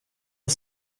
att